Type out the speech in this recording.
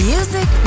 Music